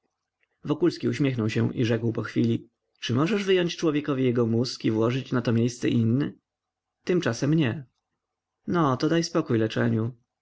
neurostenii wokulski uśmiechnął się i rzekł pochwili czy możesz wyjąć człowiekowi jego mózg i włożyć na to miejsce inny tymczasem nie no to daj spokój leczeniu